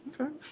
Okay